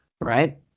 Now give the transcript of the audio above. right